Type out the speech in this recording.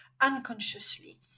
unconsciously